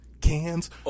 cans